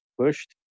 pushed